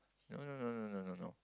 no no no no no no no